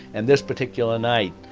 and this particular night,